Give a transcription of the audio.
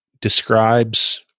describes